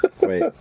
Wait